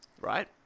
Right